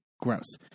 gross